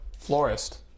Florist